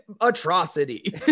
atrocity